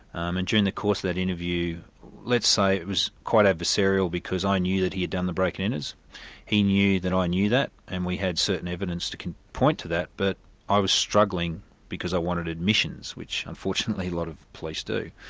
um and during the course of that interview let's say it was quite adversarial because i knew that he had done the break-and-enters, he knew that i knew that and we had certain evidence to point to that, but i was struggling because i wanted admissions, which unfortunately a lot of police do.